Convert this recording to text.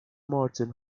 martin